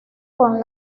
con